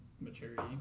maturity